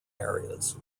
areas